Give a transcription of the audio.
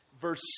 verse